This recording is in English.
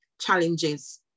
challenges